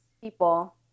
people